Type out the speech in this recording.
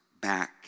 back